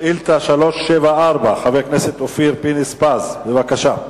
שאילתא 374, של חבר הכנסת אופיר פינס-פז, בבקשה.